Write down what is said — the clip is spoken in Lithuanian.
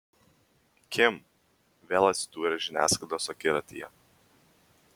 kim vėl atsidūrė žiniasklaidos akiratyje